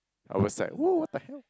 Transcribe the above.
I was like whoa what the hell